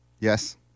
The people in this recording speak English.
Yes